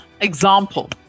example